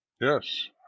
Yes